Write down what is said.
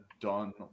done